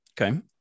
Okay